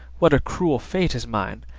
what a cruel fate is mine!